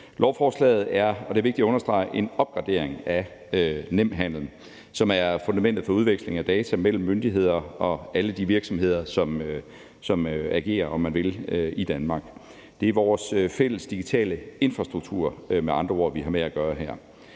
Lovforslaget er – og det er vigtigt at understrege – en opgradering af Nemhandel, som er fundamentet for udveksling af data mellem myndigheder og alle de virksomheder, som agerer, om man vil, i Danmark. Det er med andre ord vores fælles digitale infrastruktur, vi har at gøre med